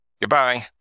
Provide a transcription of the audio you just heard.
goodbye